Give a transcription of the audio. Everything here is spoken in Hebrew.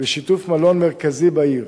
בשיתוף מלון מרכזי בעיר.